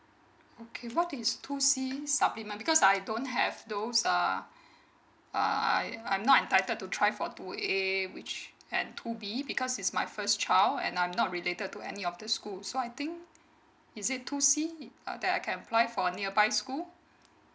okay what is two c supplement because I don't have those uh uh I I'm not entitled to try for two a which and two b because it's my first child and I'm not related to any of the school so I think is it two c uh that I can apply for nearby school